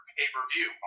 pay-per-view